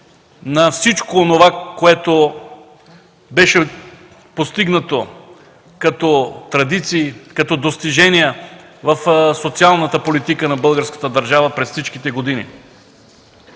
на всичко онова, което беше постигнато като традиции, като достижения в социалната политика на българската държава през годините.